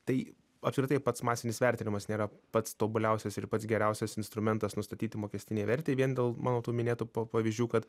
tai apskritai pats masinis vertinimas nėra pats tobuliausias ir pats geriausias instrumentas nustatyti mokestinei vertei vien dėl mano tų minėtų pa pavyzdžių kad